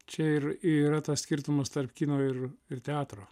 čia ir yra tas skirtumas tarp kino ir ir teatro